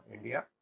India